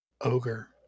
ogre